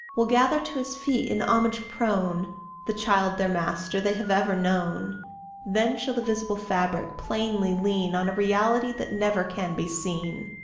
will gather to his feet, in homage prone the child their master they have ever known then shall the visible fabric plainly lean on a reality that never can be seen.